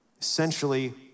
essentially